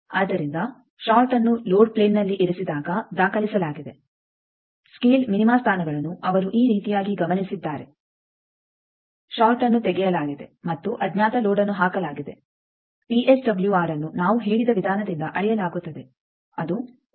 ಆದ್ದರಿಂದ ಷಾರ್ಟ್ಅನ್ನು ಲೋಡ್ ಪ್ಲೇನ್ನಲ್ಲಿ ಇರಿಸಿದಾಗ ದಾಖಲಿಸಲಾಗಿದೆ ಸ್ಕೇಲ್ ಮಿನಿಮ ಸ್ಥಾನಗಳನ್ನು ಅವರು ಈ ರೀತಿಯಾಗಿ ಗಮನಿಸಿದ್ದಾರೆ ಷಾರ್ಟ್ಅನ್ನು ತೆಗೆಯಲಾಗಿದೆ ಮತ್ತು ಅಜ್ಞಾತ ಲೋಡ್ಅನ್ನು ಹಾಕಲಾಗಿದೆ ವಿಎಸ್ಡಬ್ಲ್ಯೂಆರ್ಅನ್ನು ನಾವು ಹೇಳಿದ ವಿಧಾನದಿಂದ ಅಳೆಯಲಾಗುತ್ತದೆ ಅದು 1